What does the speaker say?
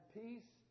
peace